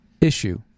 issue